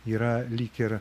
yra lyg ir